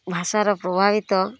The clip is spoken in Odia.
ଭାଷାର ପ୍ରଭାବିତ